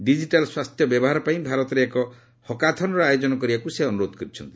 digital ସ୍ୱାସ୍ଥ୍ୟ ବ୍ୟବହାର ପାଇଁ ଭାରତରେ ଏକ ହକାଥନ୍ର ଆୟୋଜନ କରିବାପାଇଁ ସେ ଅନୁରୋଧ କରିଛନ୍ତି